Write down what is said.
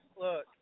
look